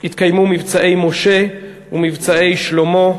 התקיימו "מבצע משה" ו"מבצע שלמה",